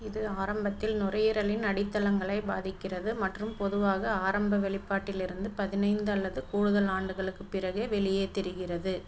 இது ஆரம்பத்தில் நுரையீரலின் அடித்தளங்களை பாதிக்கிறது மற்றும் பொதுவாக ஆரம்ப வெளிப்பாட்டிலிருந்து பதினைந்து அல்லது கூடுதல் ஆண்டுகளுக்கு பிறகே வெளியே தெரிகிறது